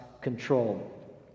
control